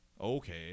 okay